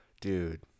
Dude